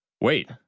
Wait